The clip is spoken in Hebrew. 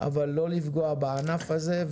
אבל לא לפגוע בענף הזה,